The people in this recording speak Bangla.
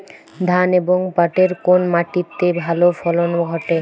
ধান এবং পাটের কোন মাটি তে ভালো ফলন ঘটে?